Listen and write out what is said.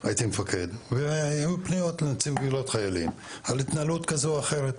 הייתי מפקד והיו פניות לנציב קבילות חיילים על התנהלות כזו או אחרת.